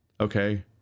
Okay